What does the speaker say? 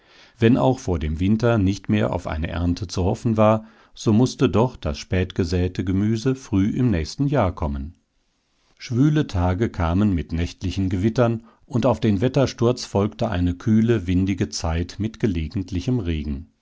wenn auch vor dem winter nicht mehr auf eine ernte zu hoffen war so mußte doch das spät gesäte gemüse früh im nächsten jahr kommen schwüle tage kamen mit nächtlichen gewittern und auf den wettersturz folgte eine kühle windige zeit mit gelegentlichem regen